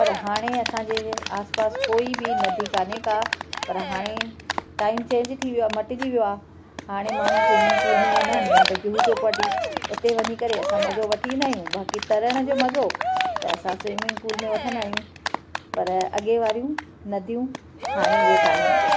पर हाणे असांजे आस पास कोई नदी कान्हे का पर हाणे टाइम चेंज थी वियो आहे मटिजी वियो आहे हाणे माण्हू स्विमिंग पूल में वेंदा आहिनि या त जुहू चौपाटी उते वञी करे असां मज़ो वठी ईंदा आहियूं बाक़ी तरण जो मज़ो त असां स्विमिंग पूल में वठंदा आहियूं पर अॻे वारियूं नदियूं हाणे उहे कान्हनि के